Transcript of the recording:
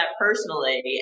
personally